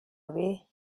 away